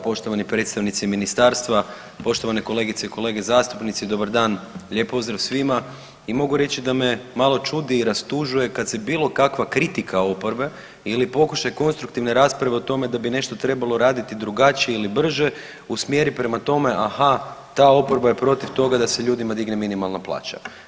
Poštovani predstavnici ministarstva, poštovane kolegice i kolege zastupnici, dobar dan, lijep pozdrav svima i mogu reći da me malo čudi i rastužuje kad se bilo kakva kritika oporbe ili pokušaj konstruktivne rasprave o tome da bi nešto trebalo raditi drugačije ili brže usmjeri prema tome, aha ta oporba je protiv toga da se ljudima digne minimalna plaća.